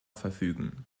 verfügen